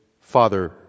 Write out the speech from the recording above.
Father